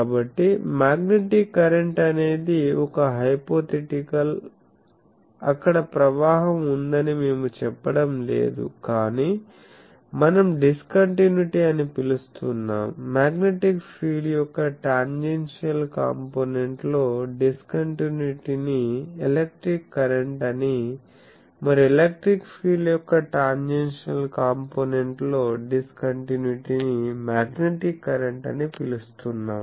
కాబట్టి magnetic current అనేది ఒక హైపోథెటికల్ అక్కడ ప్రవాహం ఉందని మేము చెప్పడం లేదు కాని మనం డిస్కంటిన్యుటీ అని పిలుస్తున్నాం మ్యాగ్నెటిక్ ఫీల్డ్ యొక్క టాంజెన్షియల్ కాంపోనెంట్ లో డిస్కంటిన్యుటీ ని ఎలక్ట్రిక్ కరెంట్ అని మరియు ఎలక్ట్రిక్ ఫీల్డ్ యొక్క టాంజెన్షియల్ కాంపోనెంట్ లో డిస్కంటిన్యుటీ ని మ్యాగ్నెటిక్ కరెంట్ అని పిలుస్తున్నాం